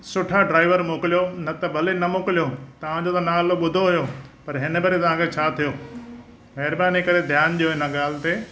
सुठा ड्राइवर मोकिलियो न त भले न लो मोकिलियो तव्हां जो त नालो ॿुधो होयो पर हिन भरे तव्हां खे छा थियो महिरबानी करे ध्यान ॾियो हिन ॻाल्हि ते